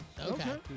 Okay